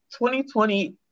2020